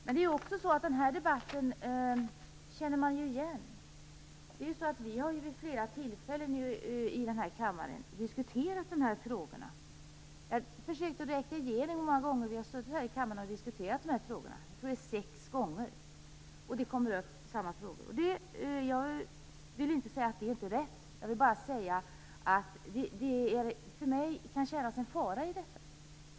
Men det är också så att man känner igen den här debatten. Vi har vid flera tillfällen i den här kammaren diskuterat de här frågorna. Jag försökte räkna igenom hur många gånger vi har diskuterat dem. Jag tror det är sex gånger, och det kommer upp samma frågor. Jag vill inte säga att det inte är rätt. Jag vill bara säga att för mig känns det som om det kan finnas en fara i detta.